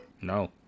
No